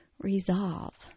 resolve